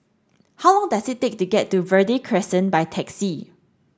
how long does it take to get to Verde Crescent by taxi